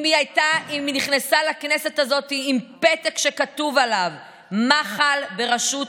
אם היא נכנסה לכנסת הזאת עם פתק שכתוב עליו "מחל בראשות